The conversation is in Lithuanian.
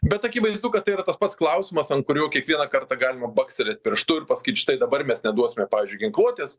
bet akivaizdu kad tai yra tas pats klausimas ant kurio kiekvieną kartą galima bakstelėt pirštu ir pasakyt štai dabar mes neduosime pavyzdžiui ginkluotės